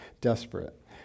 desperate